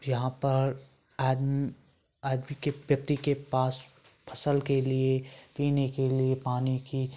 यहाँ पर आदमी के पति के पास फ़स्ल के लिए पीने के लिए पानी की